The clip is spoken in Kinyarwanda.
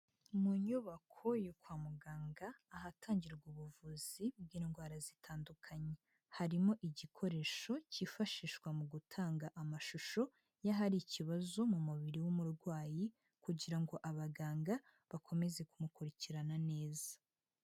Mu nyubako yo kwa muganga ahatangirwa ubuvuzi bw'indwara zitandukanye, harimo igikoresho cyifashishwa mu gutanga amashusho y'ahariri ikibazo mu mubiri w'umurwayi kugira ngo abaganga bakomeze kumukurikirana neza.